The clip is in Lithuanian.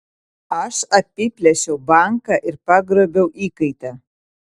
aš apiplėšiau banką ir pagrobiau įkaitą